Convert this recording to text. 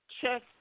Check